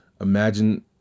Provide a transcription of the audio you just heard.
Imagine